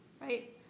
right